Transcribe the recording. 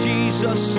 Jesus